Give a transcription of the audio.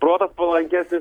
protas palankesnis